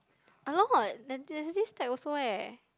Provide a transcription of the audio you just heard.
a lot there's this type also eh